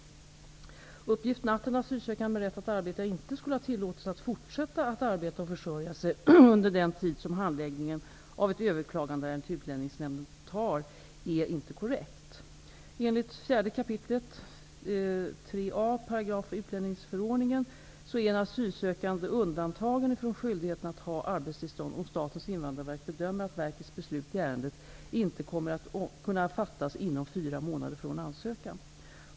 Uppgiften att en asylsökande med rätt att arbeta inte skulle ha tillåtelse att fortsätta att arbeta och försörja sig under den tid som handläggningen av ett överklagande till Utlänningsnämnden tar är inte korrekt. är en asylsökande undantagen från skyldigheten att ha arbetstillstånd om Statens invandrarverk bedömer att verkets beslut i ärendet inte kommer att kunna fattas inom fyra månader från ansökan.